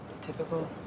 Typical